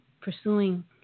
pursuing